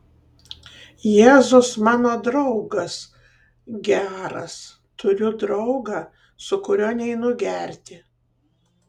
jėzus mano draugas geras turiu draugą su kuriuo neinu gerti